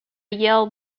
yale